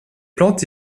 plante